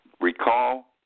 Recall